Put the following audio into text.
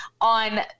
on